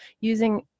using